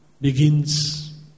begins